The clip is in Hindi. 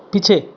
पीछे